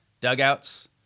dugouts